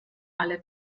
alle